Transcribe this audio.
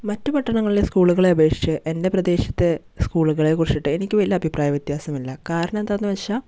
മറ്റ് പട്ടണങ്ങളിലെ സ്കൂളുകളെ അപേക്ഷിച്ച് എൻ്റെ പ്രദേശത്ത് സ്കൂളുകളെ കുറിച്ചിട്ട് എനിക്ക് വലിയ അഭിപ്രായ വിത്യാസമില്ല കാരണം എന്താന്ന് വെച്ചാൽ